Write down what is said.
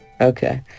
Okay